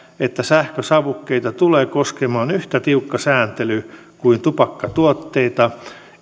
että sähkösavukkeita tulee koskemaan yhtä tiukka sääntely kuin tupakkatuotteita